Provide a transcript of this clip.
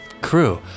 crew